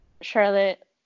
Charlotte